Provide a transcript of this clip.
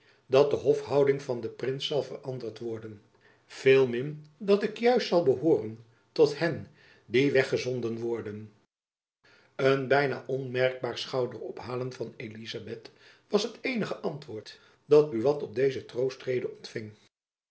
dat de hofhouding van den prins zal veranderd worden veel min dat ik juist zal behooren tot hen die weggezonden worden een byna onmerkbaar schouder ophalen van elizabeth was het eenig antwoord dat buat op deze troostrede ontfing